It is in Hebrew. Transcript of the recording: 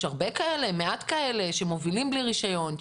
יש הרבה כאלה, מעט כאלה שמובילים בלי רישיון?